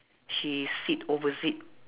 she sit opposite